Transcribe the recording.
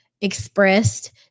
expressed